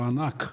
הוא ענק,